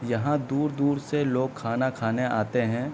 یہاں دور دور سے لوگ کھانا کھانے آتے ہیں